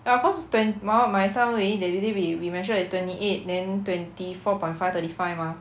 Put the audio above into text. ya cause is twen~ my what my 上围 that that day we we measured is twenty eight then twenty four point five thirty five mah